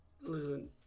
listen